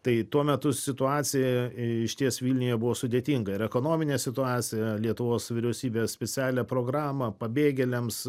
tai tuo metu situacija išties vilniuje buvo sudėtinga ekonominė situacija lietuvos vyriausybės specialią programą pabėgėliams